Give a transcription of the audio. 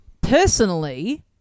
personally